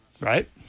Right